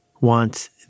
wants